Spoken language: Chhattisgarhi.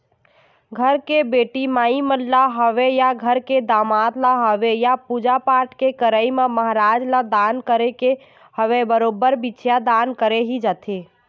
घर के बेटी माई मन ल होवय या घर के दमाद ल होवय या पूजा पाठ के करई म महराज ल दान करे के होवय बरोबर बछिया दान करे ही जाथे